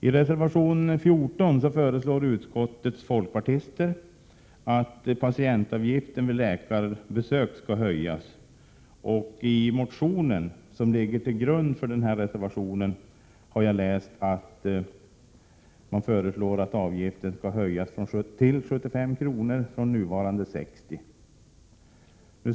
I reservation 14 föreslår utskottets folkpartister att patientavgiften vid läkarbesök skall höjas. I den motion som ligger till grund för denna reservation har jag läst att man föreslår att avgiften skall höjas till 75 kr. från nuvarande 60 kr.